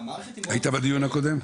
בדיון הקודם?